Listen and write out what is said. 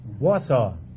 Warsaw